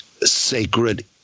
sacred